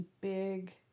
big